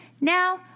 Now